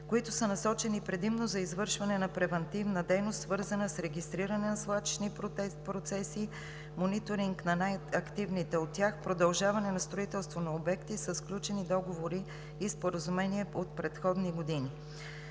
които са насочени предимно за извършване на превантивна дейност, свързана с регистриране на свлачищни процеси, мониторинг на най-активните от тях, продължаване на строителство на обекти, са сключени договори и споразумения от предходни години.